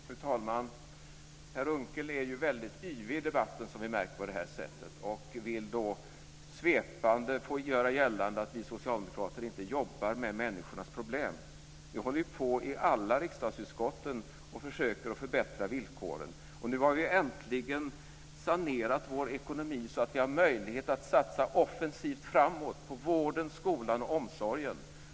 Fru talman! Per Unckel är ju väldigt yvig i debatten, som vi märker. Han vill svepande göra gällande att vi socialdemokrater inte jobbar med människornas problem. Men vi håller ju på i alla riksdagsutskott och försöker förbättra villkoren. Nu har vi äntligen sanerat Sveriges ekonomi så att vi har möjlighet att satsa offensivt framåt på vården, skolan och omsorgen.